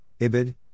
Ibid